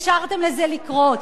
אפשרתם לזה לקרות.